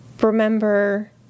remember